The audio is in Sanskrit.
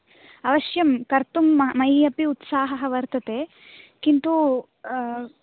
अवश्यं कर्तुं मयि अपि उत्साहः वर्तते किन्तु